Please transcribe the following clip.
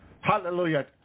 Hallelujah